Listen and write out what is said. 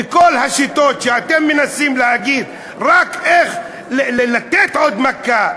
וכל השיטות שאתם מנסים להגיד רק איך לתת עוד מכה,